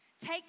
take